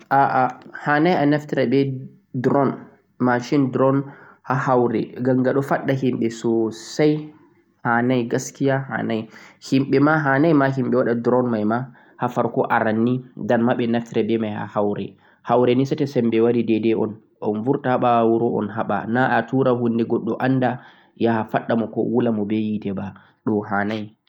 Haanai ɓe naftira drone ha haure ngam ngaɗon faɗɗa himɓe sosai, aranni hanai ɓewaɗa drone maima